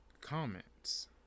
comments